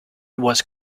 was